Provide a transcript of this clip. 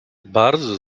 bardzo